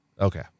Okay